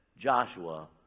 Joshua